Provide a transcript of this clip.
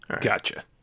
gotcha